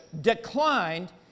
declined